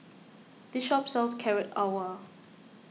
this shop sells Carrot Halwa